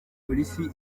polisi